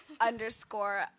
underscore